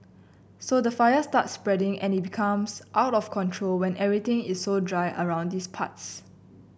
so the fire starts spreading and it becomes out of control when everything is so dry around his parts